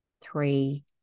three